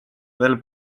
veel